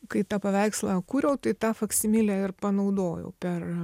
kai tą paveikslą kūriau tai tą faksimilę ir panaudojau per